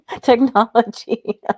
technology